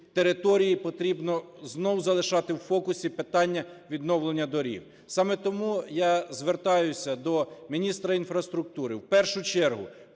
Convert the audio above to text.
території, потрібно знову залишати в фокусі питання відновлення доріг. Саме тому я звертаюся до міністра інфраструктури в першу чергу